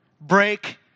Break